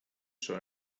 son